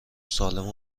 سالم